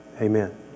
Amen